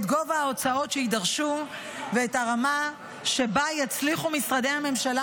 את גובה ההוצאות שיידרשו ואת הרמה שבה יצליחו משרדי הממשלה